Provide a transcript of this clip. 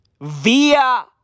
Via